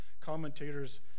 commentators